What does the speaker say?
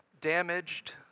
damaged